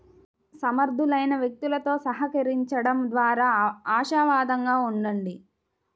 సమర్థులైన వ్యక్తులతో సహకరించండం ద్వారా ఆశావాదంగా ఉండండి